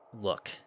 look